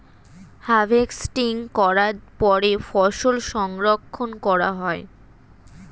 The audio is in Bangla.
হার্ভেস্টিং করার পরে ফসল সংরক্ষণ করা হয়